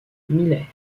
miller